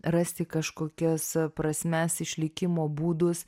rasti kažkokias prasmes išlikimo būdus